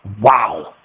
wow